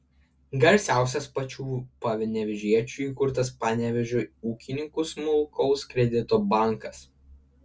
garsiausias pačių panevėžiečių įkurtas panevėžio ūkininkų smulkaus kredito bankas